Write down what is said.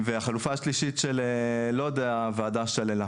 החלופה השלישית של לוד, הוועדה שללה.